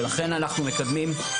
אנחנו צריכים אנשים טובים,